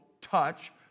touch